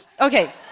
Okay